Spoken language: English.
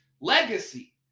legacy